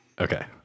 Okay